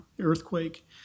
earthquake